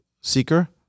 seeker